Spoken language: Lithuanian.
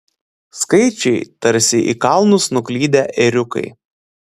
skaičiai tarsi į kalnus nuklydę ėriukai